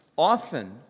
Often